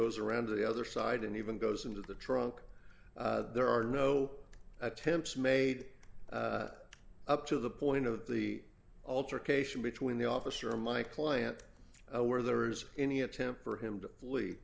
goes around the other side and even goes into the trunk there are no attempts made up to the point of the altercation between the officer or my client where there is any attempt for him to le